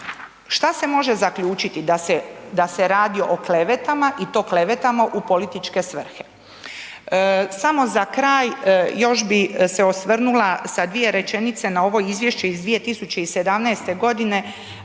Šta se može zaključiti? Da se radi o klevetama, i to klevetama u političke svrhe. Samo za kraj još bi se osvrnula sa dvije rečenice na ovo izvješće iz 2017. g.